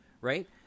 right